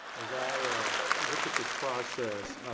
as i look at this process,